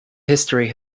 history